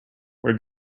where